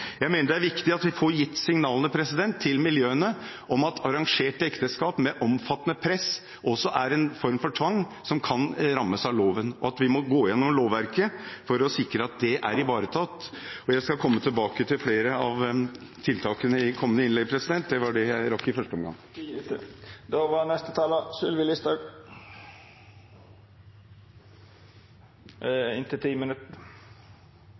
Jeg mener det er viktig at vi får gitt signaler til miljøene om at arrangerte ekteskap med omfattende press også er en form for tvang som kan rammes av loven, og at vi må gå igjennom lovverket for å sikre at det er ivaretatt. Jeg skal komme tilbake til flere av tiltakene i kommende innlegg. Det var dette jeg rakk i første omgang.